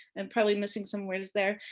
i'm probably missing some words there.